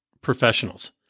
professionals